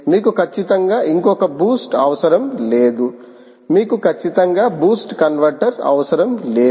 మీకు ఖచ్చితంగా ఇంకొక బూస్ట్ అవసరం లేదు మీకు ఖచ్చితంగా బూస్ట్ కన్వర్టర్ అవసరం లేదు